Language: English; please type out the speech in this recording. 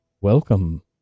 Welcome